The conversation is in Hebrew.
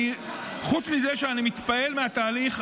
חוץ מזה שאני מתפעל מהתהליך,